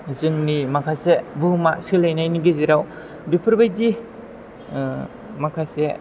जोंनि माखासे बुहुमा सोलायनायनि गेजेराव बेफोरबायदि माखासे